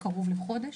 קרוב לחודש.